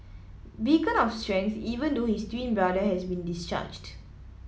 beacon of strength even though his twin brother has been discharged